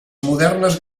modernes